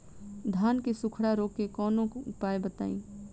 धान के सुखड़ा रोग के कौनोउपाय बताई?